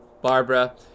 Barbara